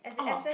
oh